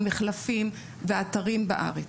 המחלפים והאתרים בארץ.